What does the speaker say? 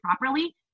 properly